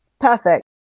Perfect